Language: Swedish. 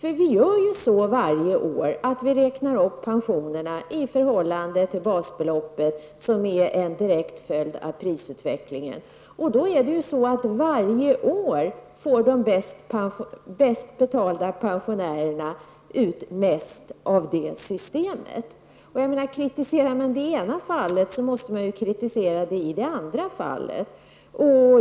Vi räknar ju varje år upp pensionerna i förhållande till basbeloppet. Detta är en direkt följd av prisutvecklingen. Då får ju varje år de bäst betalda pensionärerna ut mest av det systemet. Kritiserar man detta förhållande i det ena fallet måste man ju kritisera det i det andra fallet.